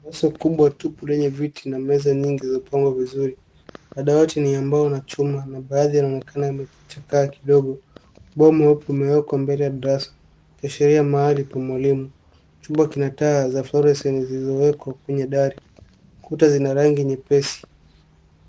Darasa kubwa tubu lenye viti na meza nyingi za pangwa vizuri. Dawati ni ya mbao na chuma na baadhi yanaonekana yamejakaa kidogo. Mbao meupe imekwa mbele ya darasa ukiashiria mahali pa mwalimu. Chumba zina taa za fluorescent zilizowekwa kwenye dari. Ukuta zina rangi nyepesi.